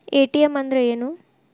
ATM ಅಂದ್ರ ಏನು?